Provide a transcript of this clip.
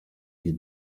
you